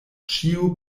ĉio